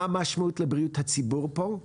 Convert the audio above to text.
מה המשמעות לבריאות הציבור פה,